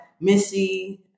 Missy